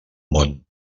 món